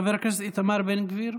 חבר הכנסת איתמר בן גביר,